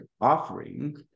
offering